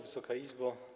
Wysoka Izbo!